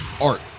art